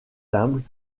humbles